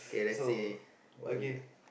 so okay